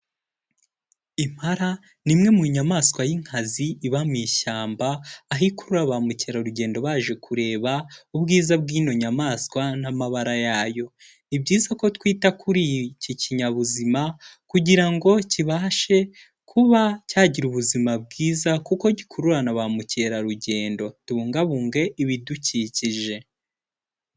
Impara ni imwe mu nyamaswa y'inkazi iba mu ishyamba, aho ikurura ba mukerarugendo baje kureba ubwiza bw'ino nyamaswa n'amabara yayo, ni byiza ko twita kuri iki kinyabuzima kugira ngo kibashe kuba cyagira ubuzima bwiza, kuko gikurura na ba mukerarugendo, tubungabunge ibidukikije.